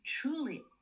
truly